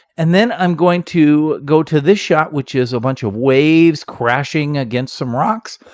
and then i'm going to go to this shot which is a bunch of waves crashing against some rocks.